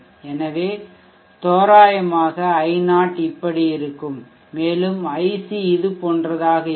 எனவே தோராயமாக i0 இப்படி இருக்கும் மேலும் iC இதுபோன்றதாக இருக்கும்